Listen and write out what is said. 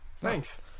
Thanks